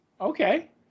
Okay